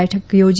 બેઠક યોજી